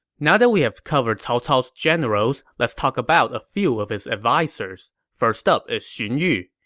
now that we've covered cao cao's generals, let's talk about a few of his advisers. first up is xun yu.